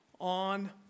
on